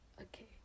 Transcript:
Okay